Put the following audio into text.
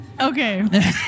Okay